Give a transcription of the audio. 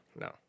no